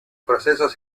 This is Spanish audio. procesos